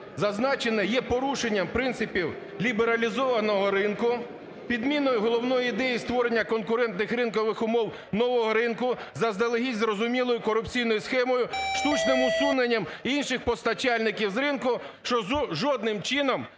Зазначене є порушенням принципів лібералізованого ринку, підміною головної ідеї створення конкурентних ринкових умов нового ринку заздалегідь зрозумілою корупційною схемою, штучним усуненням інших постачальників з ринку, що жодним чином